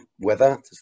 weather